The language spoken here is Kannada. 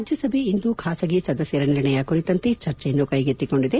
ರಾಜ್ಞಸಭೆ ಇಂದು ಖಾಸಗಿ ಸದಸ್ನರ ನಿರ್ಣಯ ಕುರಿತಂತೆ ಚರ್ಚೆಯನ್ನು ಕೈಗೆತ್ತಿಕೊಂಡಿದೆ